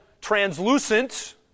translucent